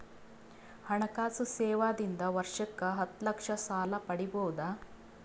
ಹಣಕಾಸು ಸೇವಾ ದಿಂದ ವರ್ಷಕ್ಕ ಹತ್ತ ಲಕ್ಷ ಸಾಲ ಪಡಿಬೋದ?